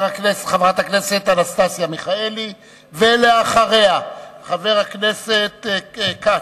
חברת הכנסת אנסטסיה מיכאלי, ואחריה, חבר הכנסת כץ.